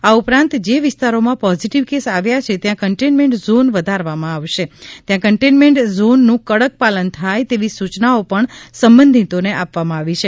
આ ઉપરાંત જે વિસ્તારોમાં પોઝિટિવ કેસ આવ્યા છે ત્યાં કન્ટેઈન્ટમેન્ટ ઝોન વધારવામાં આવશે તથા કન્ટેઈન્ટમેન્ટ ઝોનનું કડક પાલન થાય એવી સૂચનાઓ પણ સબંધિતોને આપવામાં આવી છે